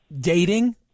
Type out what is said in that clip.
dating